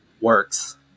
works